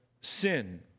sin